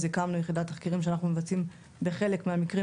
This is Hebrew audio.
אז הקמנו יחידת תחקירים שאנחנו מבצעים בחלק מהמקרים,